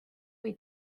või